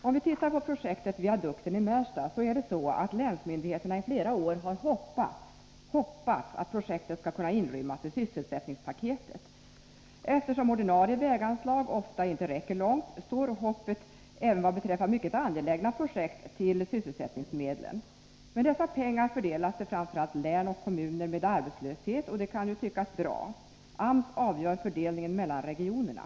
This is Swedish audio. Om vi tittar på projektet viadukten i Märsta, har länsmyndigheterna i flera år hoppats att projektet skall kunna inrymmas i sysselsättningspaketet. Eftersom ordinarie väganslag ofta inte räcker långt, står hoppet — även beträffande mycket angelägna projekt — till sysselsättningsmedlen. Dessa pengar fördelas emellertid framför allt till län och kommuner med arbetslöshet, och det kan ju tyckas vara bra. AMS avgör fördelningen mellan regionerna.